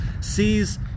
sees